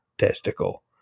testicle